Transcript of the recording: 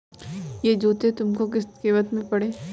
यह जूते तुमको किस कीमत के पड़े?